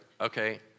okay